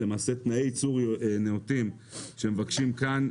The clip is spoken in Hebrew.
למעשה תנאי יצור נאותים שמבקשים כאן,